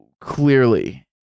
clearly